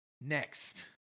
Next